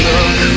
Look